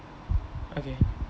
okay